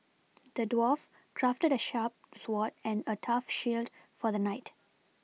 the dwarf crafted a sharp sword and a tough shield for the knight